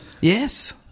Yes